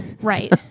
Right